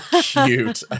cute